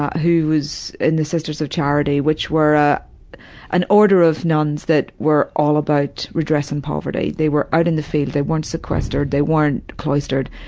who was in the sisters of charity, which were ah an order of nuns that were all about redressing poverty. they were out in the field, they weren't sequestered, they weren't cloistered,